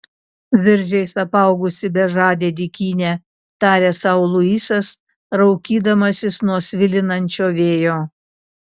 viržiais apaugusi bežadė dykynė tarė sau luisas raukydamasis nuo svilinančio vėjo